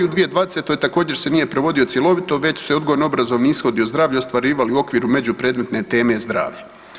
U 2020. također se nije provodio cjelovito već su se odgojno obrazovni ishodi o zdravlju ostvarivali u okviru među predmetne teme zdravlje.